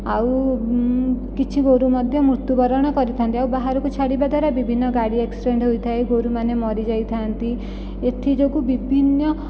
ଆଉ କିଛି ଗୋରୁ ମଧ୍ୟ ମୃତ୍ୟୁବରଣ କରିଥାନ୍ତି ଆଉ ବାହାରକୁ ଛାଡ଼ିବା ଦ୍ୱାରା ବିଭିନ୍ନ ଗାଡ଼ି ଆକ୍ସିଡେଣ୍ଟ ହୋଇଥାଏ ଗୋରୁମାନେ ମରିଯାଇଥାନ୍ତି ଏଥି ଯୋଗୁ ବିଭିନ୍ନ